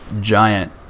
giant